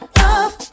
love